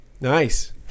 Nice